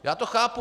Já to chápu.